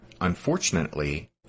unfortunately